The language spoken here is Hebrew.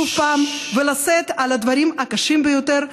שוב ולשאת ולתת על הדברים הקשים ביותר.